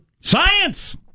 science